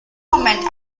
moment